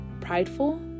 prideful